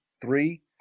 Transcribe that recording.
three